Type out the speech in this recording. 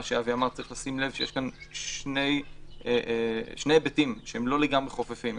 שאבי אמר שצריך לשים לב שיש כאן שני היבטים שהם לא לגמרי חופפים.